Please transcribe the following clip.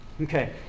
okay